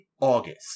August